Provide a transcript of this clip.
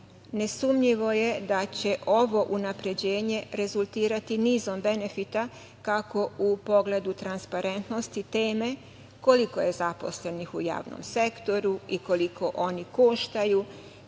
Nesumnjivo je da će ovo unapređenje rezultirati nizom benefita kako u pogledu transparentnosti teme koliko je zaposlenih u javnom sektoru i koliko oni koštaju,